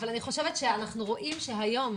אבל אני חושבת שאנחנו רואים שהיום,